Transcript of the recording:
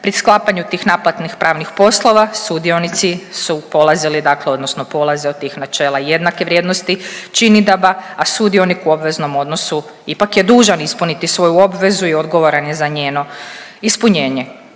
pri sklapanju tih naplatnih pravnih poslova sudionici su polazili dakle odnosno polaze od tih načela jednake vrijednosti činidaba, a sudionik u obveznom odnosu ipak je dužan ispuniti svoju obvezu i odgovoran je za njeno ispunjenje.